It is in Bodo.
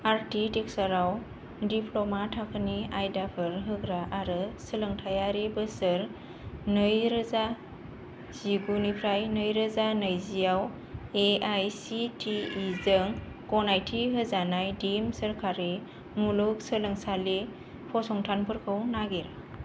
आर्किटेकसारआव दिप्ल'मा थाखोनि आयदाफोर होग्रा आरो सोलोंथायारि बोसोर नैरोजा जिगुनिफ्राइ नैरोजा नैजिआव A I C T E जों गनायथि होजानाय दिम्ड सोरखारि मुलुगसोलोंसालि फसंथानफोरखौ नागिर